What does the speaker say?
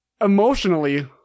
Emotionally